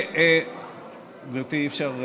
גברתי, אי-אפשר,